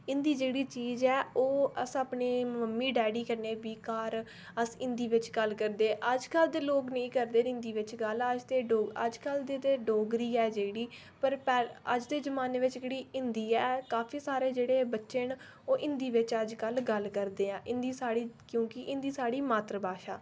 हिंदी जेह़ी चीज ऐ ओह् अस अपने मम्मी डैडी कन्नै बी घर अस हिंदी बिच गल्ल करदे अजकल दे लोक नेईं करदे न हिंदी बिच गल्ल अजकल ते डोगरी ऐ जेहड़ी अज्ज दे जमाने च जेहड़ी हिंदी ऐ काफी सारे जेहड़े बच्चे न ओह् हिंदी बिच अजकल गल्ल करदे न हिंदी साढ़ी क्योकि हिंदी साढ़ी मातर भाशा ऐ